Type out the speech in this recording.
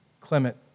Clement